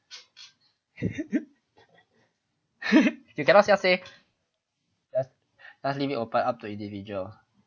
you cannot sia let's let's leave it open up to individual